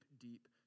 deep